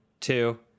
two